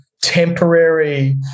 temporary